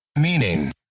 Meaning